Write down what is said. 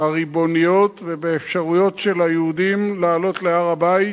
הריבוניות ובאפשרויות של היהודים לעלות להר-הבית,